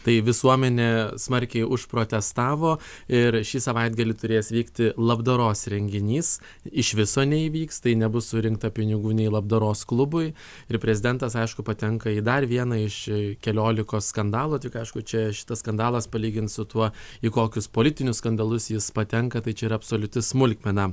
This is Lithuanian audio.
tai visuomenė smarkiai užprotestavo ir šį savaitgalį turėjęs vykti labdaros renginys iš viso neįvyks tai nebus surinkta pinigų nei labdaros klubui ir prezidentas aišku patenka į dar vieną iš keliolikos skandalų tik aišku čia šitas skandalas palygint su tuo į kokius politinius skandalus jis patenka tai čia yra absoliuti smulkmena